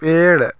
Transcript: पेड़